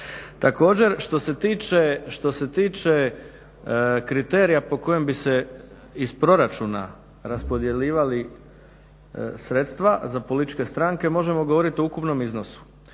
Također što se tiče kriterija po kojem bi se iz proračuna raspodjeljivali sredstva za političke stranke možemo govoriti o ukupnom iznosu.